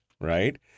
right